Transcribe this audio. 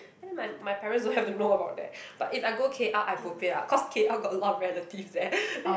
and then my my parents don't have to know about that but if I go K_L I bo pian ah cause K_L got a lot of relatives there